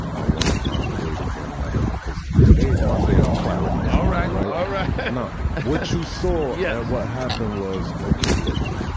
ah want to find a way to bring that up because today's my day of clarity all right. all right. i know what you saw. yeah and what happened was. ok, look,